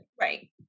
right